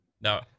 no